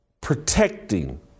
protecting